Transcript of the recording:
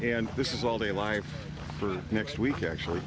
and this is all they live for next week actually